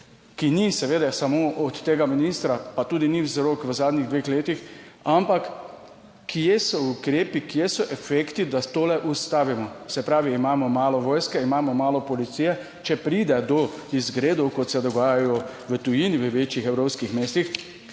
ki ni seveda samo od tega ministra, pa tudi ni vzrok v zadnjih dveh letih, ampak kje so ukrepi, kje so efekti, da to ustavimo? Se pravi, imamo malo vojske, imamo malo policije, če pride do izgredov, kot se dogajajo v tujini, v večjih evropskih mestih.